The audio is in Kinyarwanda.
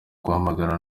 guhangana